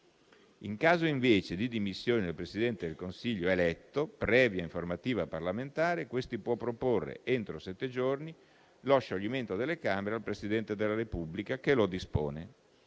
In caso invece di dimissioni del Presidente del Consiglio eletto, previa informativa parlamentare, questi può proporre, entro sette giorni, lo scioglimento delle Camere al Presidente della Repubblica, che lo dispone.